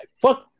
fuck